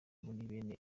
bene